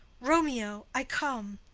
romeo, i come!